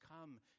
come